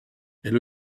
elle